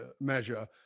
measure